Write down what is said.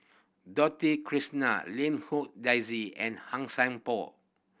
Krishnan Lim Hong Daisy and Han Sai Por